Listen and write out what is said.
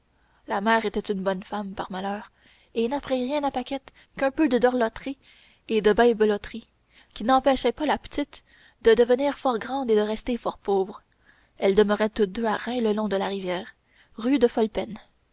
la mère était une bonne femme par malheur et n'apprit rien à paquette qu'un peu de doreloterie et de bimbeloterie qui n'empêchait pas la petite de devenir fort grande et de rester fort pauvre elles demeuraient toutes deux à reims le long de la rivière rue de